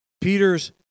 Peter's